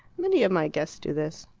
many of my guests do this.